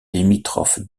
limitrophe